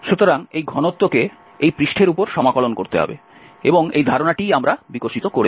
সুতরাং এই ঘনত্বকে এই পৃষ্ঠের উপর সমাকলন করতে হবে এবং এই ধারণাটিই আমরা বিকশিত করেছি